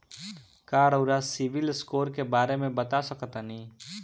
का रउआ CIBIL score के बारे में बता सकतानी?